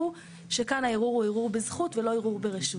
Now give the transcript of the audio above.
הוא שכאן הערעור הוא ערעור בזכות ולא ערעור ברשות.